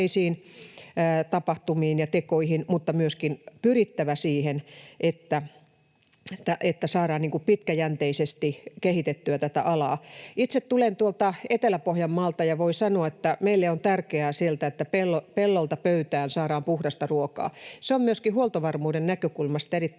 tapahtumiin ja tekoihin mutta myöskin pyrittävä siihen, että saadaan pitkäjänteisesti kehitettyä tätä alaa. Itse tulen tuolta Etelä-Pohjanmaalta ja voin sanoa, että meille on tärkeää siellä, että pellolta pöytään saadaan puhdasta ruokaa. On myöskin huoltovarmuuden näkökulmasta erittäin